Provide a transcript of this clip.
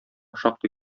шактый